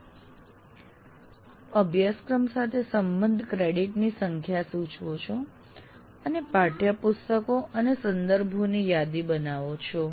આપ અભ્યાસક્રમ સાથે સંબદ્ધ ક્રેડિટ ની સંખ્યા સૂચવો છો અને પાઠ્યપુસ્તકો અને સંદર્ભોની યાદી બનાવો છો